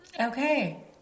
Okay